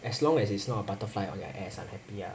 as long as it's not a butterfly on your ass I'm happy ah